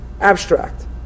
Abstract